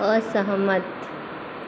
असहमत